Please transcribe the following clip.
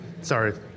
sorry